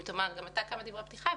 אם תאמר גם אתה כמה דברי פתיחה,